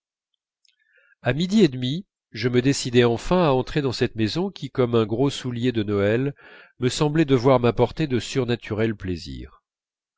à midi et demi je me décidais enfin à entrer dans cette maison qui comme un gros soulier de noël me semblait devoir m'apporter de surnaturels plaisirs